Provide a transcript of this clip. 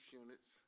units